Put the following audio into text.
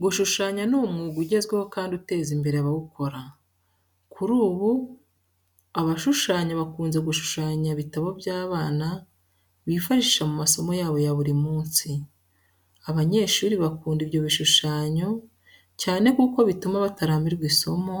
Gushushanya ni umwuga ugezweho kandi uteza imbere abawukora. Kuri ubu abashushanya bakunze gushushanya ibitabo by'abana bifashisha mu masomo yabo ya buri munsi. Abanyeshuri bakunda ibyo bishushanyo cyane kuko bituma batarambirwa isomo,